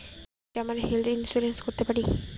আমি কি আমার হেলথ ইন্সুরেন্স করতে পারি?